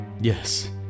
Yes